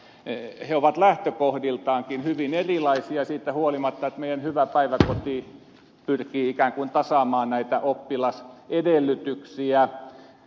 he ovat lähtökohdiltaankin hyvin erilaisia siitä huolimatta että meidän hyvä päiväkotimme pyrkii ikään kuin tasaamaan näitä oppilasedellytyksiä